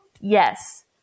yes